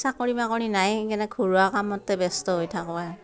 চাকৰি বাকৰি নাই সেইকাৰণে ঘৰুৱা কামতে ব্যস্ত হৈ থাকোঁ